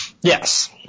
Yes